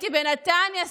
בנתניה.